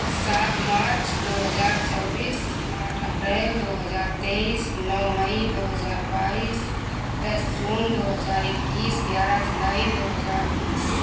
सात मार्च दो हज़ार चौबीस आठ अप्रैल दो हज़ार तेईस नौ मई दो हज़ार बाईस दस जून दो हज़ार इक्कीस ग्यारह जुलाई दो हज़ार बीस